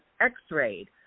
x-rayed